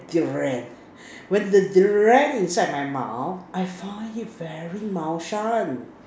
Durian when the Durian inside my mouth I find it very 猫山